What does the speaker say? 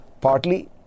Partly